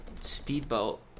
speedboat